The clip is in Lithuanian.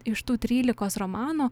iš tų trylikos romanų